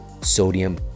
sodium